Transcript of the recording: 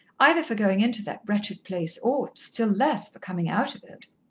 either for going into that wretched place, or still less for coming out of it.